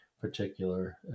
particular